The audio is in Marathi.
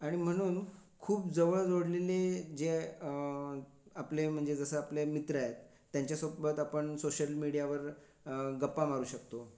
आणि म्हणून खूप जवळ जोडलेली जे आपले म्हणजे जसं आपले मित्र आहेत त्यांच्या सोबत आपण सोशल मीडियावर गप्पा मारू शकतो